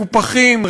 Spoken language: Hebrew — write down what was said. מקופחים,